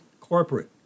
corporate